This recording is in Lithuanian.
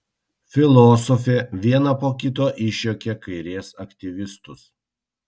filosofė vieną po kito išjuokė kairės aktyvistus